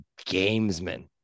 gamesman